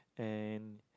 and